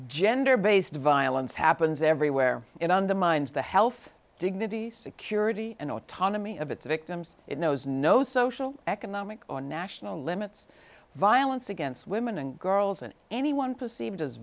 gender based violence happens everywhere it undermines the health dignity security and autonomy of its victims it knows no social economic or national limits violence against women and girls and anyone perceived as